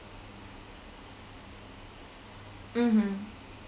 mmhmm